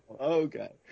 okay